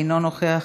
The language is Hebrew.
אינו נוכח.